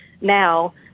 now